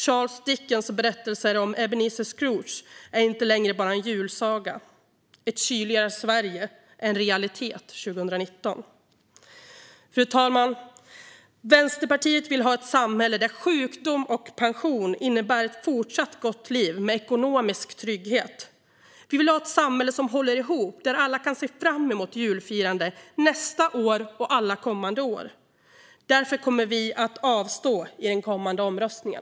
Charles Dickens berättelse om Ebenezer Scrooge är inte längre bara en julsaga. Ett kyligare Sverige är en realitet 2019. Fru talman! Vänsterpartiet vill ha ett samhälle där sjukdom och pension innebär ett fortsatt gott liv med ekonomisk trygghet. Vi vill ha ett samhälle som håller ihop och där alla kan se fram emot julfirandet nästa år och alla kommande år. Därför kommer vi att avstå i den kommande omröstningen.